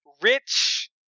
rich